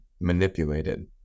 manipulated